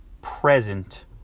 present